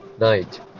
night